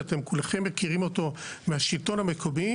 שאתם כולכם מכירים אותו מהשלטון המקומי.